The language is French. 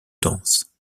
danse